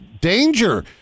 danger